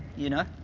you know?